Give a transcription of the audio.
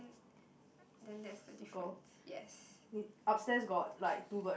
then there is the difference yes